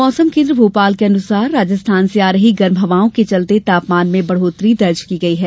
मौसम केन्द्र भोपाल के अनुसार राजस्थान से आ रही गर्म हवाओ के चलते तापमान में बढ़ोतरी दर्ज की गई है